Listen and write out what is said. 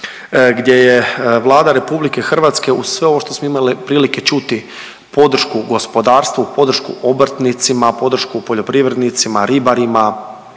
gdje je Vlada RH uz sve ovo što smo imali prilike čuti, podršku gospodarstvu, podršku obrtnicima, podršku poljoprivrednicima, ribarima,